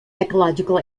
ecological